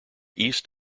east